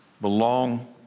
Belong